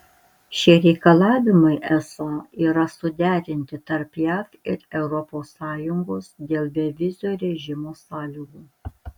šie reikalavimai esą yra suderinti tarp jav ir europos sąjungos dėl bevizio režimo sąlygų